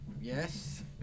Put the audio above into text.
Yes